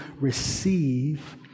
receive